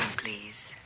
please.